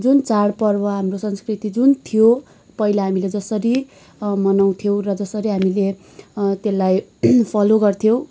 जुन चाडपर्व हाम्रो संस्कृति जुन थियो पहिला हामीले जसरी मनाउँथ्यौँ र जसरी हामीले त्यसलाई फलो गर्थ्यौँ